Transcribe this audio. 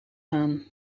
gaan